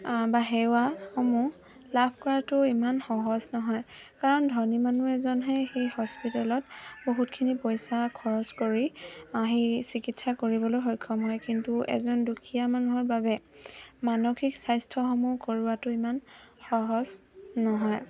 বা সেৱাসমূহ লাভ কৰাটো ইমান সহজ নহয় কাৰণ ধনী মানুহ এজনহে সেই হস্পিতেলত বহুতখিনি পইচা খৰচ কৰি সেই চিকিৎসা কৰিবলৈ সক্ষম হয় কিন্তু এজন দুখীয়া মানুহৰ বাবে মানসিক স্বাস্থ্যসমূহ কৰোৱাটো ইমান সহজ নহয়